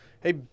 Hey